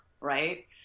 right